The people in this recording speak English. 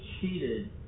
cheated